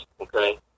okay